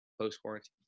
post-quarantine